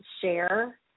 share